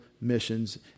missions